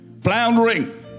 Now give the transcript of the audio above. floundering